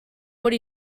would